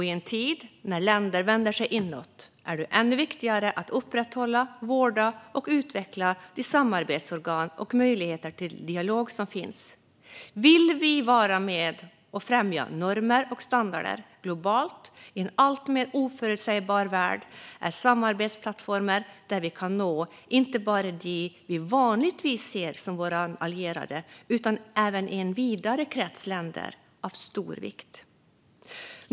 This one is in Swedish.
I en tid när länder vänder sig inåt är det ännu viktigare att upprätthålla, vårda och utveckla de samarbetsorgan och möjligheter till dialog som finns. Vill vi vara med och främja normer och standarder globalt i en alltmer oförutsägbar värld är samarbetsplattformar där vi kan nå inte bara dem vi vanligtvis ser som våra allierade utan även en vidare krets länder av stor vikt.